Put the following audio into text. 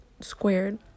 squared